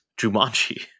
Jumanji